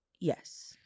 Yes